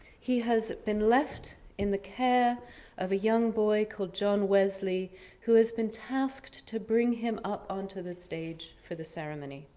he has been left in the care of a young boy called john wesley who has been tasked to bring him up onto the stage for the ceremony.